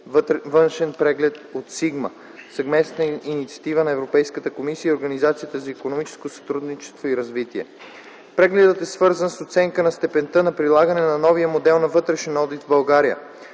външен преглед от СИГМА (Съвместна инициатива на Европейската комисия и Организацията за икономическо сътрудничество и развитие). Прегледът е свързан с оценка на степента на прилагане на новия модел на вътрешен одит в България